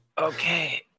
okay